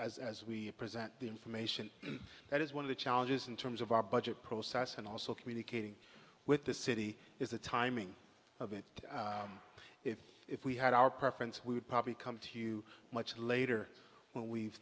as as we present the information that is one of the challenges in terms of our budget process and also communicating with the city is the timing of it if if we had our preference we would probably come to you much later when we've